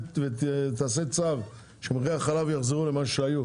ותעשה צו שמחירי החלב יחזרו למה שהיו,